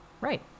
right